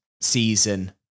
season